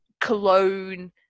cologne